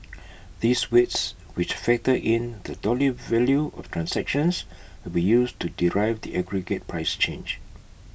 these weights which factor in the dollar value of transactions will be used to derive the aggregate price change